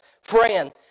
friend